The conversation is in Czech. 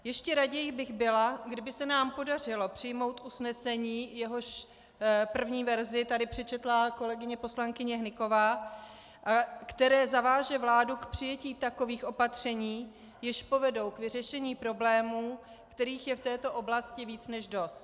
Ještě raději bych byla, kdyby se nám podařilo přijmout usnesení, jehož první verzi tady přečetla kolegyně poslankyně Hnyková, které zaváže vládu k přijetí takových opatření, jež povedou k vyřešení problémů, kterých je v této oblasti více než dost.